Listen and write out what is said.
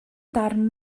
darn